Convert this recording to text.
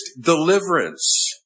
deliverance